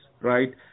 right